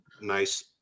nice